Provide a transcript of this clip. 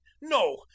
no